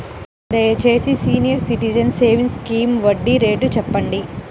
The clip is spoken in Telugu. దయచేసి సీనియర్ సిటిజన్స్ సేవింగ్స్ స్కీమ్ వడ్డీ రేటు చెప్పండి